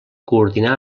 coordinar